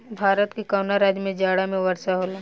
भारत के कवना राज्य में जाड़ा में वर्षा होला?